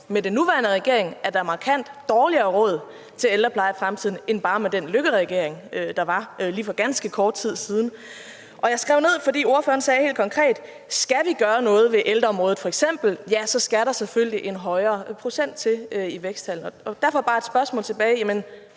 med den nuværende regering er der markant dårligere råd til ældrepleje i fremtiden end bare i forhold til den Løkke-regering, der var lige for ganske kort tid siden. Og jeg skrev ned, da ordføreren sagde helt konkret: Skal vi gøre noget ved ældreområdet f.eks., ja, så skal der selvfølgelig en højere procent til i væksttallene. Der står bare et spørgsmål tilbage: Jamen